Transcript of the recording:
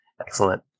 Excellent